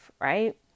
right